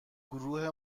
گروه